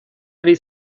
ari